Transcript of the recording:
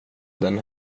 den